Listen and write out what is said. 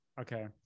okay